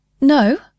No